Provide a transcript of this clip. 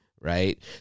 right